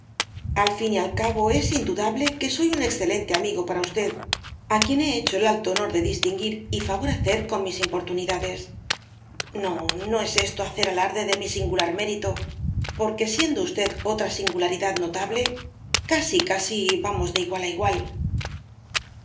al fin y al cabo es indudable que soy un excelente amigo para usted á quien he hecho el alto honor de distinguir y favorecer con mis importunidades no no es esto hacer alarde de mi singular mérito porque siendo usted otra singularidad notable casi casi vamos de igual á igual